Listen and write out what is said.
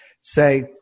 say